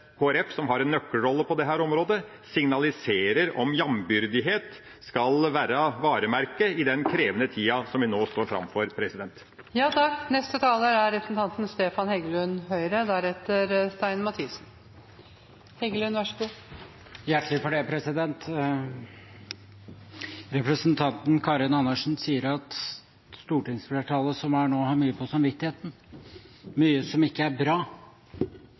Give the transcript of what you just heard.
Folkeparti, som har en nøkkelrolle på dette området, signaliserer om jambyrdighet skal være varemerket i den krevende tida vi står framfor. Representanten Karin Andersen sier at stortingsflertallet nå har mye på samvittigheten ‒ mye som ikke er bra